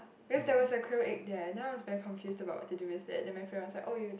because there was a quail egg there then I was very confused about what to do with it then my friend was like oh you